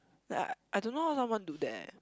like I I don't know how someone do that eh